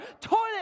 Toilet